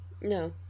No